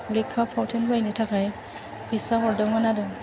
लेखा फावथेन बायनो थाखाय फैसा हरदोंमोन आरो